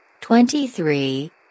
twenty-three